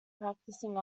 practising